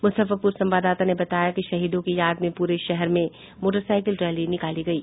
मुजफ्फरपुर संवाददाता ने बताया कि शहीदों की याद में पूरे शहर में मोटरसाइकिल रैली निकाली गयी